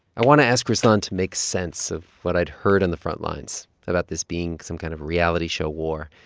i want to ask ruslan to make sense of what i'd heard on the front lines about this being some kind of reality show war.